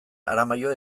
aramaio